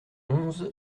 onze